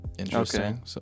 interesting